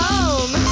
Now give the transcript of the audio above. Home